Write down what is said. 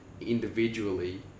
individually